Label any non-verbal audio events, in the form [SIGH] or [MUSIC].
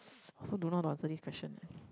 [NOISE] I also don't know how to answer this question eh